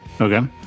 Okay